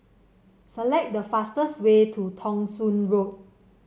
select the fastest way to Thong Soon Road